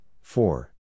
four